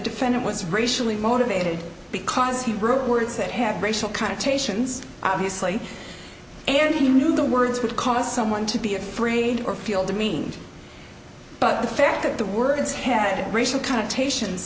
defendant was racially motivated because hebrew words that have racial connotations obviously and he knew the words would cause someone to be afraid or feel demeaned but the fact of the words had racial connotation